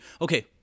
okay